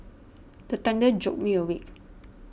the thunder jolt me awake